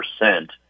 percent